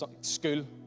school